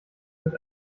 wird